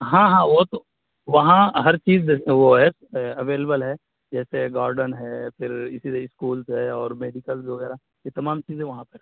ہاں ہاں وہ تو وہاں ہر چیز دست وہ ہے اویلیبل ہے جیسے گارڈن ہے پھر اسی طرح اسکول ہے اور میڈیکلز وغیرہ یہ تمام چیزیں وہاں پر ہے